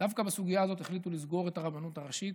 דווקא בסוגיה הזו, לסגור את הרבנות הראשית,